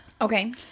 Okay